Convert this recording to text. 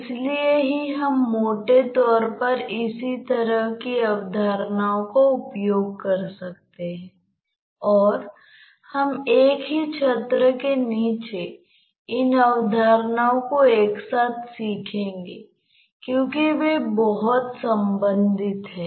इसलिए हम जो कह सकते हैं वह यह है कि हम एक सकल समग्र द्रव्यमान संतुलन लिख सकते हैं